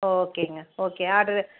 ஓகேங்க okay order